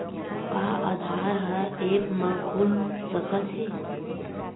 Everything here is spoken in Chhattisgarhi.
का आधार ह ऐप म खुल सकत हे?